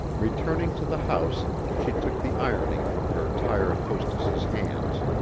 returning to the house, she took the ironing from her tired hostess's hands,